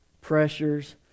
pressures